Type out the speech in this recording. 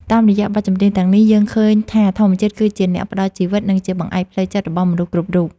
តាមរយៈបទចម្រៀងទាំងនេះ យើងឃើញថាធម្មជាតិគឺជាអ្នកផ្ដល់ជីវិត និងជាបង្អែកផ្លូវចិត្តរបស់មនុស្សគ្រប់រូប។